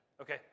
Okay